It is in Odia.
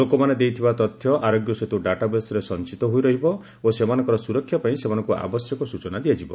ଲୋକମାନେ ଦେଇଥିବା ତଥ୍ୟ ଆରୋଗ୍ୟ ସେତୁ ଡାଟାବେସ୍ରେ ସଞ୍ଚିତ ହୋଇରହିବ ଓ ସେମାନଙ୍କର ସୁରକ୍ଷାପାଇଁ ସେମାନଙ୍କୁ ଆବଶ୍ୟକ ସୂଚନା ଦିଆଯିବ